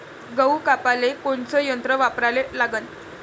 गहू कापाले कोनचं यंत्र वापराले लागन?